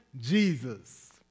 Jesus